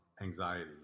anxiety